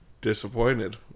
disappointed